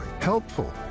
helpful